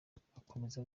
akomeza